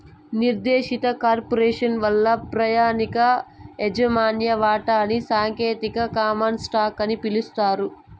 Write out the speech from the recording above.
నిర్దేశిత కార్పొరేసను వల్ల ప్రామాణిక యాజమాన్య వాటాని సాంకేతికంగా కామన్ స్టాకు అని పిలుస్తారు